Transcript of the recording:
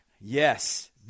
Yes